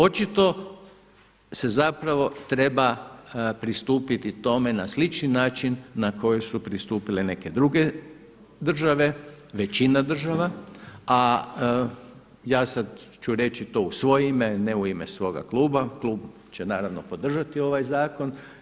Očito se zapravo treba pristupiti tome na slični način na koji su pristupile neke druge države, većina država a ja sada ću reći to u svoje ime a ne u ime svoga kluba, klub će naravno podržati ovaj zakon.